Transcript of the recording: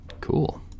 Cool